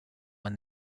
han